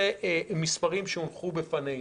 אלה המספרים שהונחו בפנינו.